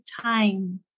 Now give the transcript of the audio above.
time